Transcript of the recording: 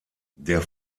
der